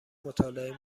مطالعه